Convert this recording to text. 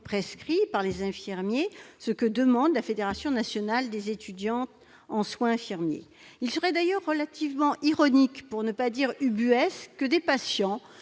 prescrits par les infirmiers et infirmières, ce que demande la FNESI, la Fédération nationale des étudiants en soins infirmiers. Il serait d'ailleurs relativement ironique, pour ne pas dire ubuesque, que des patients